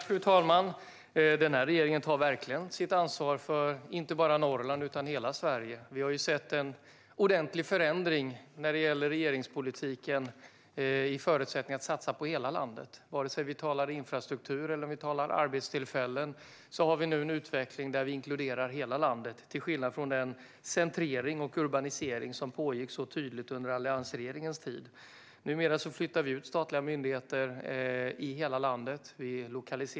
Fru talman! Den här regeringen tar verkligen sitt ansvar inte bara för Norrland utan för hela Sverige. Vi har sett en ordentlig förändring när det gäller regeringspolitiken i förutsättningar att satsa på hela landet. Vare sig vi talar infrastruktur eller om vi talar arbetstillfällen sker nu en utveckling där vi inkluderar hela landet, till skillnad från den centrering och urbanisering som pågick så tydligt under alliansregeringens tid. Numera flyttas statliga myndigheter ut i hela landet.